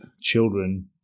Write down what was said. children